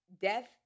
death